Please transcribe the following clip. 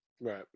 Right